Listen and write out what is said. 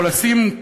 או לשים,